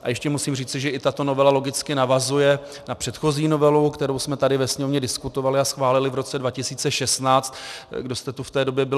A ještě musím říci, že i tato novela logicky navazuje na předchozí novelu, kterou jsme tady ve Sněmovně diskutovali a schválili v roce 2016, kdo jste tu v té době byl.